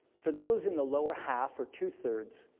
for those in the lower half, or two-thirds,